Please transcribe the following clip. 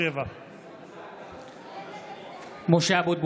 7. (קורא בשמות חברי הכנסת) משה אבוטבול,